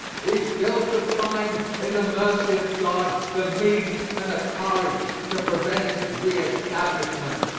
we still should find in the mercy of god the means and the courage to prevent its reestablishment.